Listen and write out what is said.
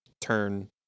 turn